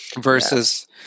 versus